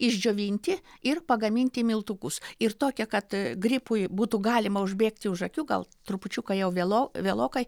išdžiovinti ir pagamint į miltukus ir tokia kad gripui būtų galima užbėgti už akių gal trupučiuką jau vėlo vėlokai